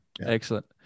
Excellent